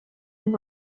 and